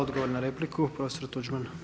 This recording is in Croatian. Odgovor na repliku profesor Tuđman.